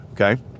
Okay